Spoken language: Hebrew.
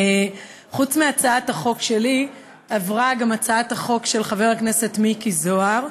חוץ מהצעת החוק שלי עברה גם הצעת החוק של חבר הכנסת מיקי זוהר,